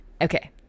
okay